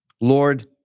Lord